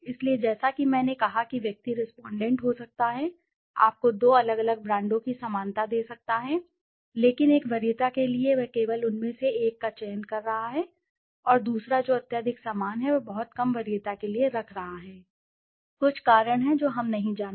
इसलिए जैसा कि मैंने कहा कि व्यक्ति रेस्पोंडेंट हो सकता है आपको दो अलग अलग ब्रांडों की समानता दे सकता है लेकिन एक वरीयता के लिए वह केवल उनमें से एक का चयन कर रहा है और दूसरा जो अत्यधिक समान है वह बहुत कम वरीयता के लिए रख रहा है कुछ कारण हम नहीं जानते